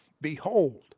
Behold